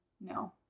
no